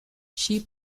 she